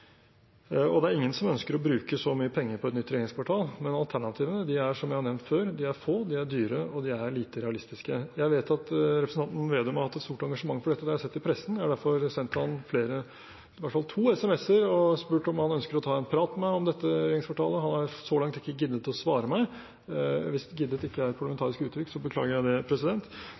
Og det er ingen som ønsker å bruke så mye penger på et nytt regjeringskvartal, men alternativene er, som jeg har nevnt før, få, dyre og lite realistiske. Jeg vet at representanten Slagsvold Vedum har hatt et stort engasjement for dette, det har jeg sett i pressen. Jeg har derfor sendt ham i hvert fall to sms-er og spurt om han ønsker å ta en prat med meg om regjeringskvartalet. Han har så langt ikke giddet å svare meg – hvis «giddet» ikke er et parlamentarisk uttrykk, så beklager jeg det